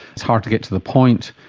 it's hard to get to the point.